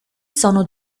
sono